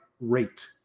rate